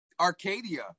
Arcadia